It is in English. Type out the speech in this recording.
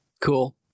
Cool